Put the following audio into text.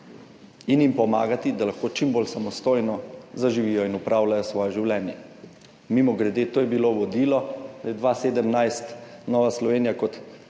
in jim pomagati, da lahko čim bolj samostojno zaživijo in upravljajo svoje življenje. Mimogrede, to je bilo vodilo, da je bila leta 2017 Nova Slovenija kot